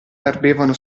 ardevano